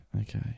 Okay